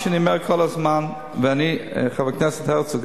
מה שאני אומר כל הזמן ------ חבר הכנסת הרצוג,